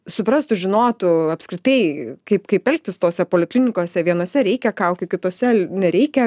suprastų žinotų apskritai kaip kaip elgtis tose poliklinikose vienose reikia kaukių kitose nereikia